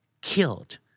killed